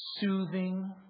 soothing